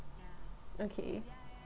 okay